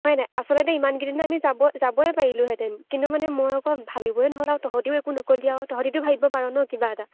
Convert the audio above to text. হয় নাই আচলতে ইমানকেইদিনত আমি যাবই যাবই পাৰিলোঁহেঁতেন কিন্তু মানে মই আকৌ ভাবিবই নহ'ল আৰু তহঁতিও একো নকলি আৰু তহঁতিতো ভাবিব পাৰ ন কিবা এটা